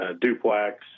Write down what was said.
duplex